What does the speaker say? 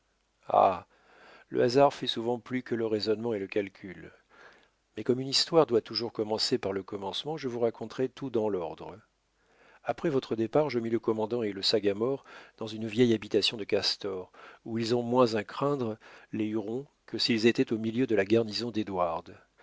le hasard fait souvent plus que le raisonnement et le calcul mais comme une histoire doit toujours commencer par le commencement je vous raconterai tout dans l'ordre après votre départ je mis le commandant et le sagamore dans une vieille habitation de castors où ils ont moins à craindre les hurons que s'ils étaient au milieu de la garnison d'édouard car